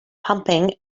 pumping